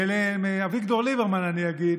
ולאביגדור ליברמן אני אגיד: